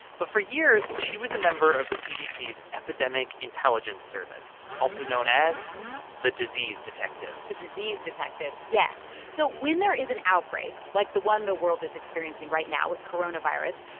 but for years, she was a member of the cdc's epidemic intelligence service, also known as the disease detectives the disease detectives, yes so when there is an outbreak, like the one the world is experiencing right now with coronavirus,